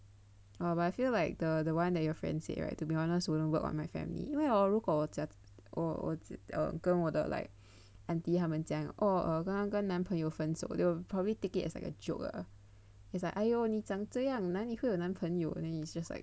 oh but I feel like the one that your friend say right to be honest wouldn't work on my family 因为 hor 如果我讲我跟我的 like auntie 他们讲 oh err 刚刚跟男朋友分手 they will probably take it as like a joke ah it's like !aiyo! 你长这样哪里会有男朋友 then it's just like thanks